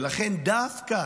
ולכן, דווקא